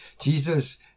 Jesus